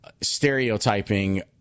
stereotyping